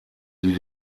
die